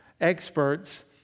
Experts